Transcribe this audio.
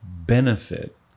benefit